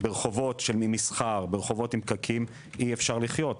ברחובות עם מסחר, ברחובות עם פקקים אי אפשר לחית.